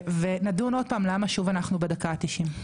ונדון עוד פעם למה שוב אנחנו בדקה ה-90.